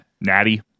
Natty